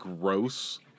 gross